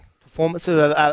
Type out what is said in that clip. performances